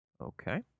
Okay